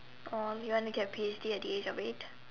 oh you want to get P_H_D at the age of eight